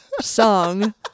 song